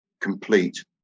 complete